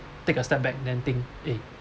take a step back then think eh